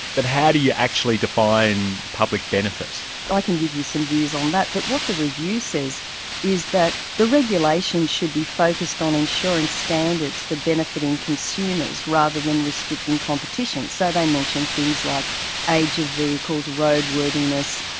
but how do you actually define public benefit? i can give you some views on that, but what the review says is the regulations should be focused on ensuring standards for benefiting consumers rather than restricting competition. so they mention things like age of vehicles, roadworthiness,